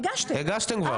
הגשתם כבר.